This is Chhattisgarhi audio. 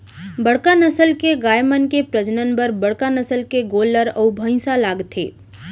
बड़का नसल के गाय मन के प्रजनन बर बड़का नसल के गोल्लर अउ भईंसा लागथे